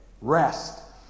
rest